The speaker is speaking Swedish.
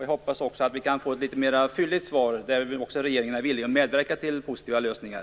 Jag hoppas att vi kan få ett litet mer fylligt svar där det framgår att regeringen är villig att medverka till positiva lösningar.